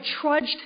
trudged